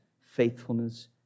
faithfulness